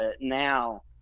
now